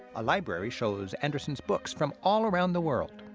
a library shows andersen's books from all around the world.